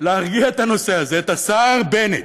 להרגיע את הנושא הזה, את השר בנט.